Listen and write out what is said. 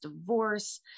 divorce